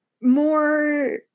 more